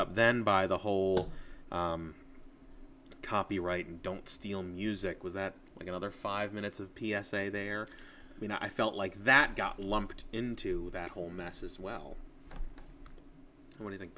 up then by the whole copyright and don't steal music was that like another five minutes of p s a there i mean i felt like that got lumped into that whole mess as well when